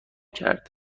کرد